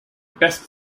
best